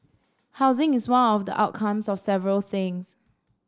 housing is one of the outcomes of several things